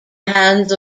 hands